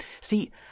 See